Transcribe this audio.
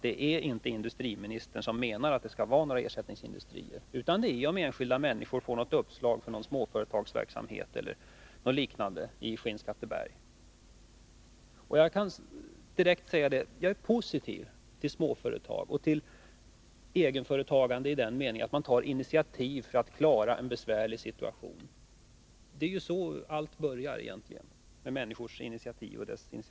Det är inte industriministern som skall ta initiativ till ersättningsindustrier, utan om sådana kommer till stånd beror på om enskilda människor får uppslag till någon småföretagsverksamhet eller liknande i Skinnskatteberg. Jag är positiv till småföretag och till egenföretagande i den meningen att man tar initiativ för att klara av en besvärlig situation. Det är ju egentligen så allt börjar — med människors initiativförmåga.